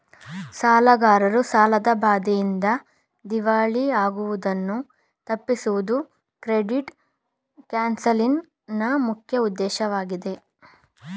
ಸಾಲಗಾರರು ಸಾಲದ ಬಾಧೆಯಿಂದ ದಿವಾಳಿ ಆಗುವುದನ್ನು ತಪ್ಪಿಸುವುದು ಕ್ರೆಡಿಟ್ ಕೌನ್ಸಲಿಂಗ್ ನ ಮುಖ್ಯ ಉದ್ದೇಶವಾಗಿದೆ